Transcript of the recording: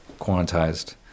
quantized